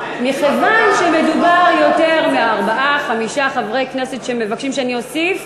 מכיוון שמדובר על יותר מארבעה-חמישה חברי כנסת שמבקשים שאני אוסיף,